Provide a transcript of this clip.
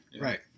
Right